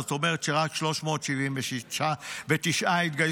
זאת אומרת, שרק 379 התגייסו.